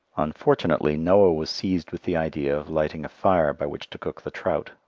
unfortunately noah was seized with the idea of lighting a fire by which to cook the trout,